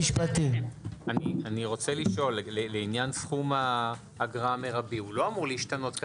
אני רוצה לשאול לעניין סכום האגרה המרבי הוא לא אמור להשתנות.